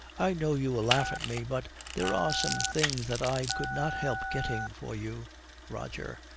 i know you will laugh at me, but there are some things that i could not help getting for you roger.